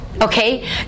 Okay